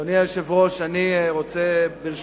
אדוני היושב-ראש, בתחילת דברי אני רוצה, ברשותך,